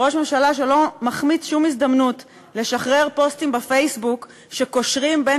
ראש ממשלה שלא מחמיץ שום הזדמנות לשחרר פוסטים בפייסבוק שקושרים בין